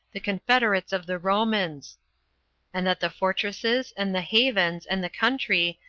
the confederates of the romans and that the fortresses, and the havens, and the country,